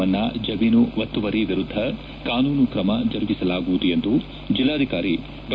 ಮನ್ನಾ ಜಮೀನು ಒತ್ತುವರಿ ವಿರುದ್ದ ಕಾನೂನು ತ್ರಮ ಜರುಗಿಸಲಾಗುವುದು ಎಂದು ಜಿಲ್ಲಾಧಿಕಾರಿ ಡಾ